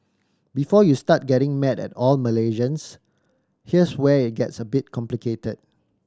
before you start getting mad at all Malaysians here's where it gets a bit complicated